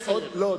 לא,